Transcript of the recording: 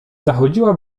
zachodziła